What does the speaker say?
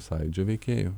sąjūdžio veikėjų